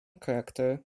character